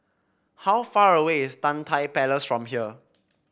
how far away is Tan Tye Palace from here